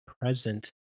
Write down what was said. present